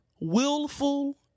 willful